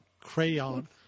Crayon